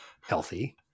healthy